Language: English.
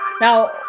now